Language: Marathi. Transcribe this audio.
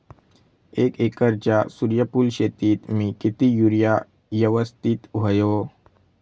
एक एकरच्या सूर्यफुल शेतीत मी किती युरिया यवस्तित व्हयो?